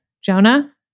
Jonah